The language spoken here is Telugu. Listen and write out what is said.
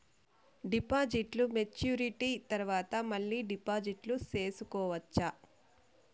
డిపాజిట్లు మెచ్యూరిటీ తర్వాత మళ్ళీ డిపాజిట్లు సేసుకోవచ్చా?